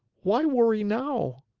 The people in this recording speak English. why worry now?